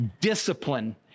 Discipline